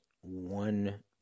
one